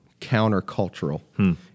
countercultural